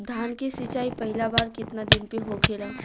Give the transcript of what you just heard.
धान के सिचाई पहिला बार कितना दिन पे होखेला?